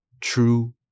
true